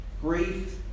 Grief